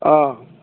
অঁ